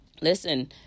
listen